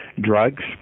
drugs